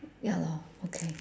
ya lor okay